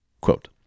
Quote